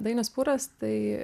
dainius pūras tai